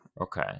okay